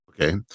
Okay